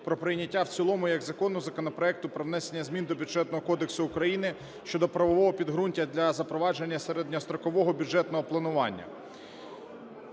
про прийняття в цілому як закону законопроекту про внесення змін до Бюджетного кодексу України (щодо правового підґрунтя для запровадження середньострокового бюджетного планування).